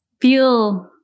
feel